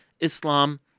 Islam